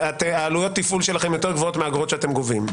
עלויות התפעול שלכם יותר גבוהות מהאגרות שאתם גובים,